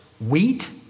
wheat